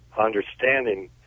understanding